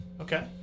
Okay